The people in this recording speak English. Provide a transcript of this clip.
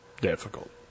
difficult